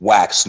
Wax